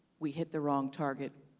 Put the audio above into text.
we hit the wrong target.